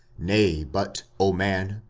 nay but, o man,